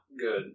good